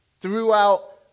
Throughout